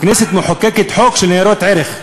הכנסת מחוקקת חוק על ניירות ערך,